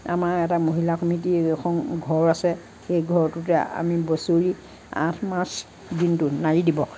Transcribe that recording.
আমাৰ এটা মহিলা সমিতিৰ সং ঘৰ আছে সেই ঘৰটোতে আমি বছৰি আঠ মাৰ্চ দিনটোত নাৰী দিৱস